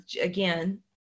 again